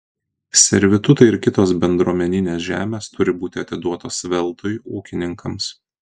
servitutai ir kitos bendruomeninės žemės turi būti atiduotos veltui ūkininkams